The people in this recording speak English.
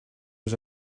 was